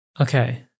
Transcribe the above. Okay